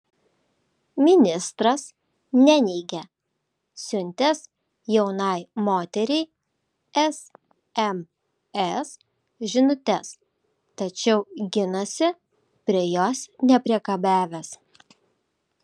ministras neneigia siuntęs jaunai moteriai sms žinutes tačiau ginasi prie jos nepriekabiavęs